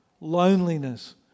loneliness